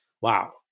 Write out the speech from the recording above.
Wow